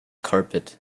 carpet